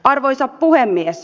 arvoisa puhemies